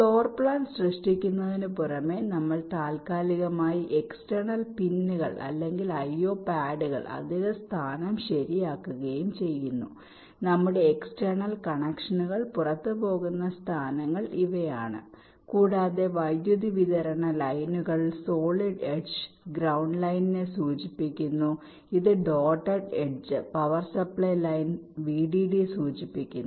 floor plan സൃഷ്ടിക്കുന്നതിനു പുറമേ നമ്മൾ താൽക്കാലികമായി ഏക്സ്റ്റേർണൽ പിന്നുകൾ അല്ലെങ്കിൽ IO പാഡുകൾ അതിന്റെ സ്ഥാനം ശരിയാക്കുകയും ചെയ്യുന്നു നമ്മുടെ ഏക്സ്റ്റേർണൽ കണക്ഷനുകൾ പുറത്തുപോകുന്ന സ്ഥാനങ്ങൾ ഇവയാണ് കൂടാതെ വൈദ്യുതി വിതരണ ലൈനുകൾ സോളിഡ് എഡ്ജ് ഗ്രൌണ്ട് ലൈനിനെ സൂചിപ്പിക്കുന്നു ഇത് dotted edge power supply line VDD സൂചിപ്പിക്കുന്നു